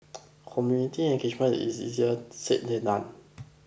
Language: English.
community engagement is easier said than done